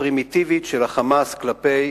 הפרימיטיבית, של ה"חמאס" כלפי